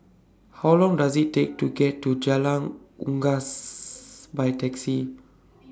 How Long Does IT Take to get to Jalan Unggas By Taxi